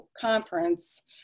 conference